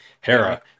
Hera